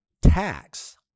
tax